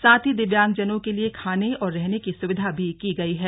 साथ ही दिव्यांगजनों के लिए खाने और रहने की सुविधा भी की गई है